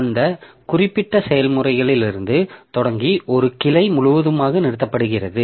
அந்த குறிப்பிட்ட செயல்முறையிலிருந்து தொடங்கி ஒரு கிளை முழுவதுமாக நிறுத்தப்படுகிறது